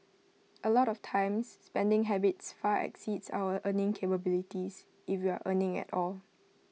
A lot of times spending habits far exceeds our earning capabilities if we're earning at all